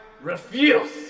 refuse